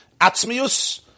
atzmius